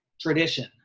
tradition